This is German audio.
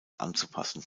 anzupassen